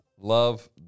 love